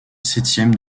septième